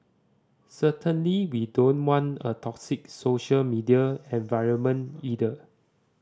certainly we don't want a toxic social media environment either